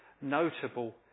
notable